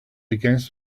against